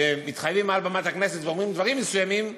ומתחייבים מעל במת הכנסת ואומרים דברים מסוימים,